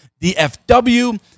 DFW